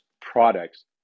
products